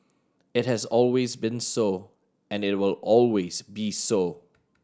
it has always been so and it will always be so